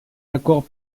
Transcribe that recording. accord